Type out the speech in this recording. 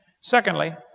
Secondly